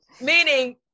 meaning